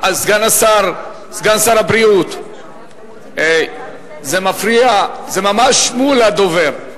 סגן שר הבריאות, זה מפריע, זה ממש מול הדובר.